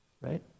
Right